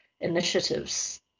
initiatives